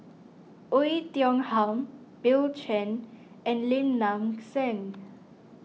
Oei Tiong Ham Bill Chen and Lim Nang Seng